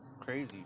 crazy